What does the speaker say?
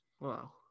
Wow